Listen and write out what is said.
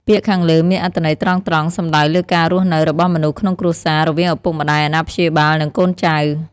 ពាក្យខាងលើមានអត្ថន័យត្រង់ៗ សំដៅលើការរស់នៅ របស់មនុស្សក្នុងគ្រួសារ រវាងឪពុកម្តាយ អាណាព្យាបាល និងកូនចៅ។